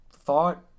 thought